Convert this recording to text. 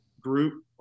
group